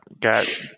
Got